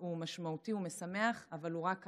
הוא משמעותי ומשמח אבל הוא רק ההתחלה.